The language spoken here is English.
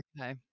Okay